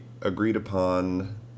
agreed-upon